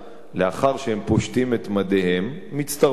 לאחר שהם פושטים את מדיהם, מצטרפים,